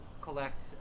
collect